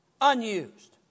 unused